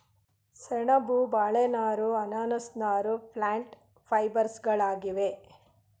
ಸೆಣಬು, ಬಾಳೆ ನಾರು, ಅನಾನಸ್ ನಾರು ಪ್ಲ್ಯಾಂಟ್ ಫೈಬರ್ಸ್ಗಳಾಗಿವೆ